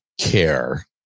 care